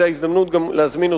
זו ההזדמנות גם להזמין אותך,